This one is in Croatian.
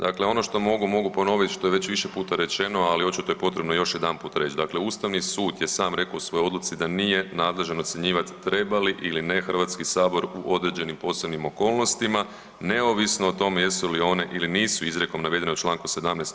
Dakle, ono što mogu, mogu ponoviti što je već više puta rečeno, ali očito je potrebno još jedanput reći, dakle Ustavni sud je sam rekao u svojoj odluci da nije nadležan ocjenjivati treba li ili ne Hrvatski sabor u određenim posebnim okolnostima neovisno o tome jesu li one ili nisu izrijekom navedene u Članu 17.